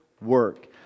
work